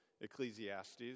Ecclesiastes